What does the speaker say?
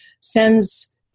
sends